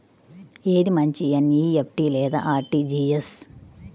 ఏది మంచి ఎన్.ఈ.ఎఫ్.టీ లేదా అర్.టీ.జీ.ఎస్?